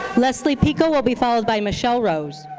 leslie pico will be followed by michelle rose.